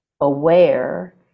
aware